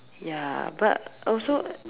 ya but also